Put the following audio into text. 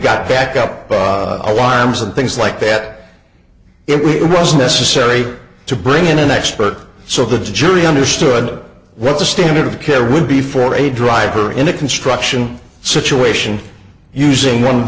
got backup alarms and things like that it was necessary to bring in an expert so the jury understood what the standard of care would be for a driver in a construction situation using one of